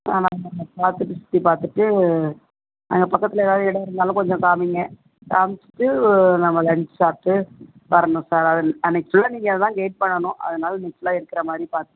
ஆமாம் ஆமாம் பார்த்துட்டு சுற்றிப் பார்த்துட்டு அங்கே பக்கத்தில் எதாவது இடம் இருந்தாலும் கொஞ்சம் காமிங்க காமிச்சிவிட்டு நாம லன்ச் சாப்பிட்டு வரணும் சார் அதான் அன்னைக்கு ஃபுல்லாக நீங்கள் தான் கைட் பண்ணனும் அதனால் அன்னைக்கு ஃபுல்லாக இருக்கறமாதிரி பார்த்து